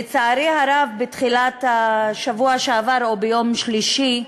לצערי הרב, בתחילת השבוע שעבר, או ביום שלישי,